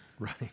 Right